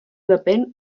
depèn